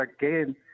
again